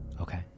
Okay